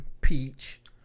peach